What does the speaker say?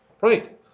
Right